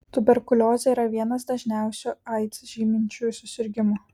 tuberkuliozė yra vienas dažniausių aids žyminčių susirgimų